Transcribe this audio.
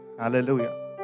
Hallelujah